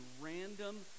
random